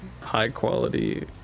high-quality